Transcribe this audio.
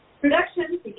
Production